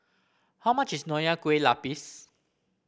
how much is Nonya Kueh Lapis